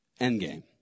Endgame